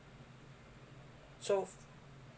so